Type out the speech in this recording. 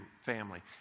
family